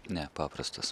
ne paprastas